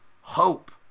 hope